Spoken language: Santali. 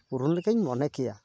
ᱯᱩᱨᱚᱱ ᱞᱮᱠᱟᱧ ᱢᱚᱱᱮ ᱠᱮᱭᱟ